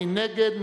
מי נגד?